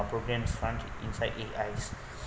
programs fund inside A_I